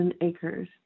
Acres